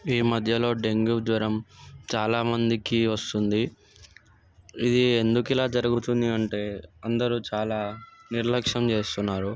ఈ మధ్యలో డెంగ్యూ జ్వరం చాలామందికి వస్తుంది ఇది ఎందుకు ఇలా జరుగుతుంది అంటే అందరూ చాలా నిర్లక్ష్యం చేస్తున్నారు